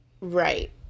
right